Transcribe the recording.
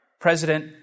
president